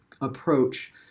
approach